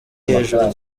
hejuru